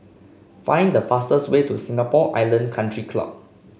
find the fastest way to Singapore Island Country Club